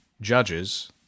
judges